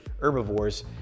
herbivores